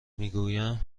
میگویم